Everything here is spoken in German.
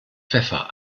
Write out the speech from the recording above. pfeffer